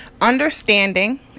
understanding